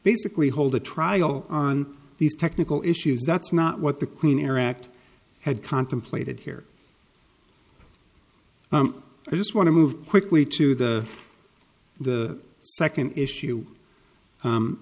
basically hold a trial on these technical issues that's not what the clean air act had contemplated here i just want to move quickly to the second issue